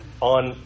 on